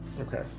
Okay